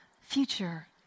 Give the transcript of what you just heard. future